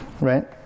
Right